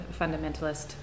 fundamentalist